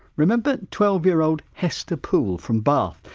remember twelve year old hester poole from bath,